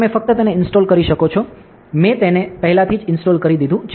તમે ફક્ત તેને ઇન્સ્ટોલ કરી શકો છો મેં તેને પહેલાથી ઇન્સ્ટોલ કરી દીધું છે